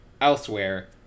elsewhere